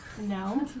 No